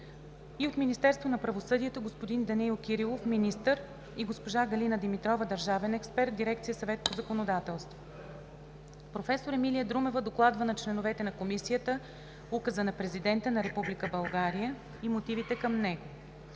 и от Министерството на правосъдието – господин Данаил Кирилов – министър, и госпожа Галина Димитрова – държавен експерт в дирекция „Съвет по законодателство“. Професор Емилия Друмева докладва на членовете на Комисията Указа на Президента на Република България и мотивите към него.